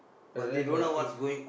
but that's our things